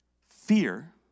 Fear